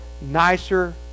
nicer